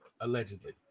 Allegedly